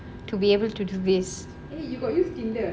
to be able to do this